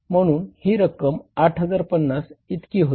म्हणून ही रक्कम 8050 इतकी होते